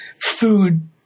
food